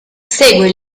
segue